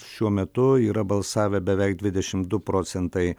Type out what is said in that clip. šiuo metu yra balsavę beveik dvidešimt du procentai